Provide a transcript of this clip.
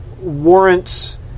warrants